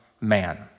man